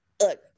look